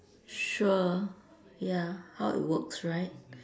sure ya how it works right